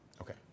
Okay